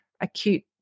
acute